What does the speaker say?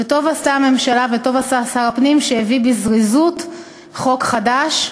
וטוב עשתה הממשלה וטוב עשה שר הפנים שהביא בזריזות חוק חדש,